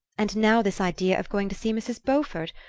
and now this idea of going to see mrs. beaufort,